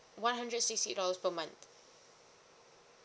one hundred sixty eight dollars per month